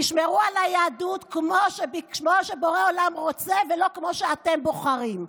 תשמרו על היהדות כמו שבורא עולם רוצה ולא כמו שאתם בוחרים.